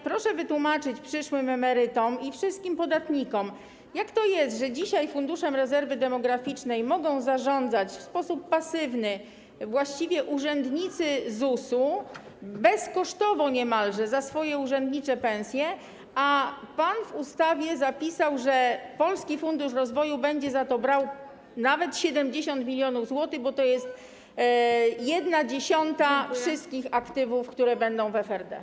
Proszę wytłumaczyć przyszłym emerytom i wszystkim podatnikom, jak to jest, że dzisiaj Funduszem Rezerwy Demograficznej mogą zarządzać w sposób właściwie pasywny urzędnicy ZUS-u, bezkosztowo niemalże, za swoje urzędnicze pensje, a pan w ustawie zapisał, że Polski Fundusz Rozwoju będzie za to pobierał nawet 70 mln zł, bo to jest 1/10 wszystkich aktywów, które będą w FRD.